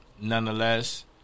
nonetheless